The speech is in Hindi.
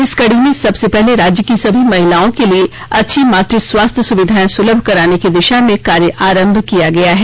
इस कड़ी में सबसे पहले राज्य की सभी महिलाओं के लिए अच्छी मात स्वास्थ्य सुविधाएं सुलभ कराने की दिशा में कार्य आरंभ किया गया है